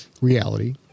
Reality